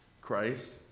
Christ